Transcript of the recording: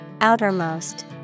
Outermost